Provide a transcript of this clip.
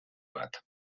bat